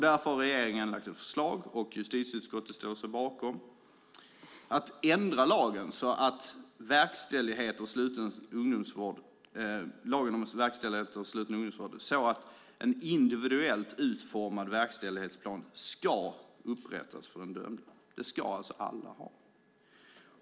Därför har regeringen lagt ett förslag - som justitieutskottet har ställt sig bakom - om att ändra lagen om verkställighet av sluten ungdomsvård så att en individuellt utformad verkställighetsplan ska upprättas för den dömde. Det ska alltså alla ha.